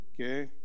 okay